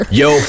yo